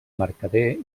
mercader